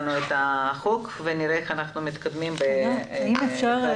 החוק ונראה איך אנחנו מתקדמים עם ההצבעה.